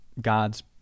God's